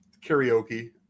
karaoke